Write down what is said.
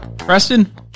Preston